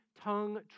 tongue